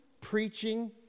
preaching